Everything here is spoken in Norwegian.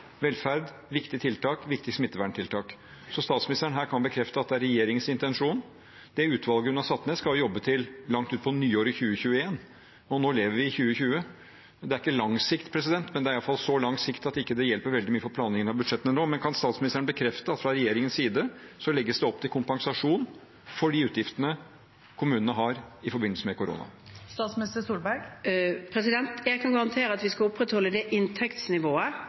velferd, viktige tiltak og viktige smitteverntiltak. Kan statsministeren her bekrefte at det er regjeringens intensjon? Det utvalget hun har satt ned, skal jobbe til langt utpå nyåret i 2021, og nå lever vi i 2020. Det er ikke lang sikt, men det er i alle fall så lang sikt at det ikke hjelper veldig mye på planleggingen av budsjettene nå. Kan statsministeren bekrefte at det fra regjeringens side legges opp til kompensasjon for de utgiftene som kommunene har i forbindelse med korona? Jeg kan garantere at vi skal opprettholde inntektsnivået, for en stor del av denne usikkerheten kommer på grunn av skattesvikt. Det inntektsnivået